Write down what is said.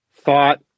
thought